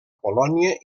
polònia